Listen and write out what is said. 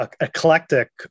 eclectic